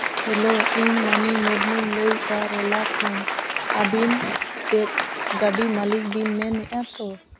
hello ᱤᱧ ᱢᱟᱹᱱᱤ ᱢᱩᱨᱢᱩᱧ ᱞᱟᱹᱭᱮᱜᱼᱟ ᱨᱚᱞᱟ ᱠᱷᱚᱱ ᱟᱹᱵᱤᱱ ᱪᱮᱫ ᱜᱟᱹᱰᱤ ᱢᱟᱹᱞᱤᱠ ᱵᱤᱱ ᱢᱮᱱᱮᱜᱼᱟ ᱛᱚ